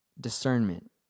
discernment